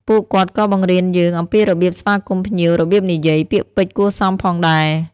ពួកគាត់ក៏បង្រៀនយើង អំពីរបៀបស្វាគមន៍ភ្ញៀវ របៀបនិយាយ ពាក្យពេចន៍គួរសមផងដែរ។